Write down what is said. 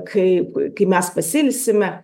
kai kai mes pasiilsime